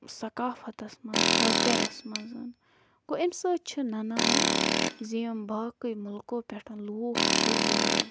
ثقافَتَس منٛز کَلچَرَس منٛز گوٚو اَمہِ سۭتۍ چھِ نَنان زِ یِم باقٕے مُلکو پٮ۪ٹھ لوٗکھ چھِ یِوان